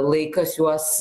laikas juos